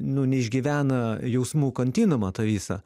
nu neišgyvena jausmų kontinuumą tą visą